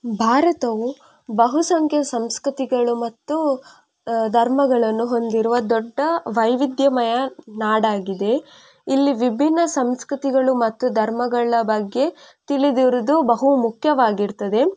ಭಾರತವು ಬಹುಸಂಖ್ಯೆ ಸಂಸ್ಕೃತಿಗಳು ಮತ್ತು ಧರ್ಮಗಳನ್ನು ಹೊಂದಿರುವ ದೊಡ್ಡ ವೈವಿಧ್ಯಮಯ ನಾಡಾಗಿದೆ ಇಲ್ಲಿ ವಿಭಿನ್ನ ಸಂಸ್ಕೃತಿಗಳು ಮತ್ತು ಧರ್ಮಗಳ ಬಗ್ಗೆ ತಿಳಿದಿರೋದು ಬಹುಮುಖ್ಯವಾಗಿರ್ತದೆ